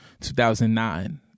2009